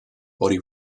body